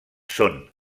són